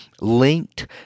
linked